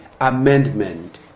amendment